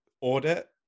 audit